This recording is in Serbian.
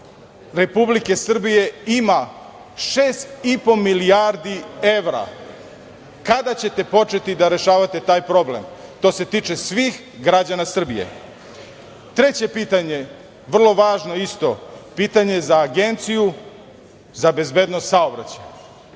Republike Srbije ima šest i po milijardi evra? Kada ćete početi da rešavate taj problem? To se tiče svih građana Srbije. Treće pitanje, vrlo važno, pitanje za Agenciju za bezbednost saobraćaja,